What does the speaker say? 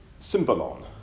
symbolon